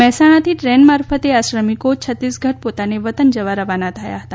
મહેસાણાથી train મારફતે આ શ્રમિકો છત્તીસગઢ પોતાના વતન જવા રવાના થયા હતા